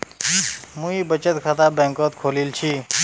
मुई बचत खाता बैंक़त खोलील छि